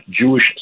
Jewish